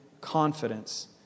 confidence